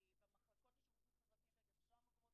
במחלקות לשירותים חברתיים וגם בשאר המקומות,